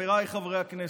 חבריי חברי הכנסת,